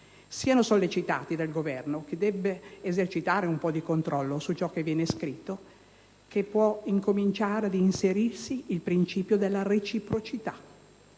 essere sollecitati dal Governo, che dovrebbe esercitare un po' di controllo su ciò che viene scritto, perché può incominciare ad inserirsi il principio della reciprocità: